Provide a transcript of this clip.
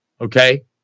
Okay